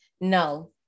No